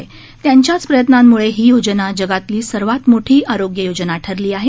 त्यांच्याच प्रयत्नांमुळे ही योजना जगातली सर्वात मोठी आरोग्य योजना ठरली आहे